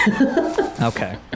Okay